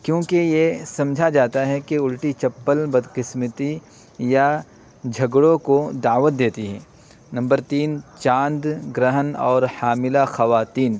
کیونکہ یہ سمجھا جاتا ہے کہ الٹی چپل بد قسمتی یا جھگڑوں کو دعوت دیتی ہے نمبر تین چاند گرہن اور حاملہ خواتین